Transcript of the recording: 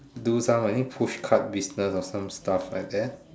do some I think pushcart business or some stuff like that